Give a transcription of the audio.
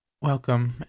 welcome